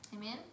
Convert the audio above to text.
Amen